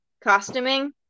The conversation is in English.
costuming